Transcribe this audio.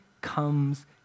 comes